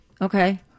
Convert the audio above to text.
okay